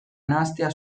nahastea